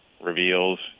reveals